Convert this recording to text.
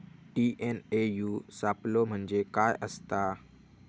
TNAU सापलो म्हणजे काय असतां?